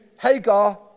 Hagar